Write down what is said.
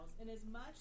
inasmuch